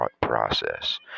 process